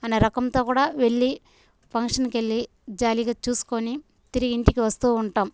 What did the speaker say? అనే రకంతో కూడా వెళ్ళి ఫంక్షన్కెళ్ళి జాలీగా చూస్కొని తిరిగి ఇంటికి వస్తూ ఉంటాం